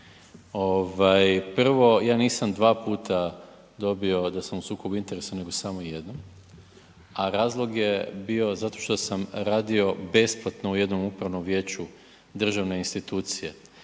Prvo, ja nisam dva puta dobio da sam u sukobu interesa nego samo jednom, a razlog je bio zato što sam radio besplatno u jednom upravnom vijeću državne institucije.